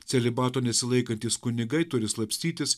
celibato nesilaikantys kunigai turi slapstytis